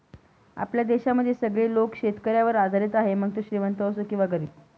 आपल्या देशामध्ये सगळे लोक शेतकऱ्यावर आधारित आहे, मग तो श्रीमंत असो किंवा गरीब